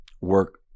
work